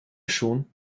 schon